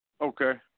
Okay